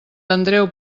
andreu